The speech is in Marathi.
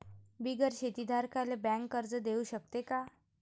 बिगर शेती धारकाले बँक कर्ज देऊ शकते का?